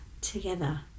together